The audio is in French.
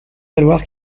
valoir